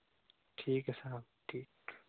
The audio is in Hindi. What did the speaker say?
ठीक है साहब ठीक